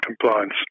Compliance